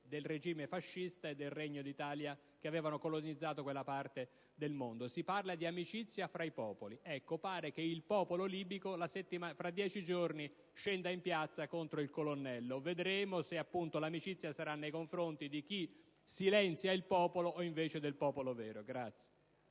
del regime fascista e del Regno d'Italia che avevano colonizzato quella parte del mondo. Si parla di amicizia fra i popoli. Ecco, pare che il popolo libico fra dieci giorni scenderà in piazza contro il colonnello. Vedremo se l'amicizia sarà nei confronti di chi silenzia il popolo o invece del popolo vero.